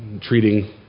treating